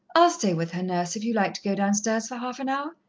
i'll stay with her, nurse, if you like to go downstairs for half-an-hour.